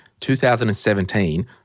2017